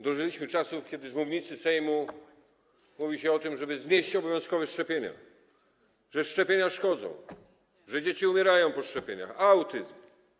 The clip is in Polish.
Dożyliśmy czasów, kiedy z mównicy w Sejmie mówi się o tym, żeby znieść obowiązkowe szczepienia, że szczepienia szkodzą, że dzieci umierają po szczepieniach, że powodują autyzm.